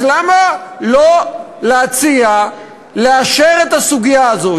אז למה לא להציע לאשר את הסוגיה הזאת,